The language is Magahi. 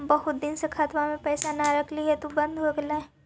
बहुत दिन से खतबा में पैसा न रखली हेतू बन्द हो गेलैय?